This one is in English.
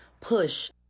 push